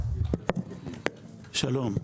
שלום,